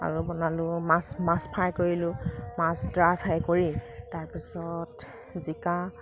আৰু বনালোঁ মাছ মাছ ফ্ৰাই কৰিলোঁ মাছ ড্ৰাই ফ্ৰাই কৰি তাৰ পাছত জিকা